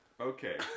Okay